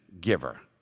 giver